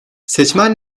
seçmen